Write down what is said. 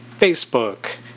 Facebook